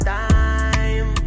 time